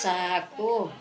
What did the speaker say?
शाहको